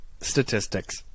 statistics